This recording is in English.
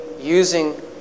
using